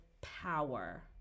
power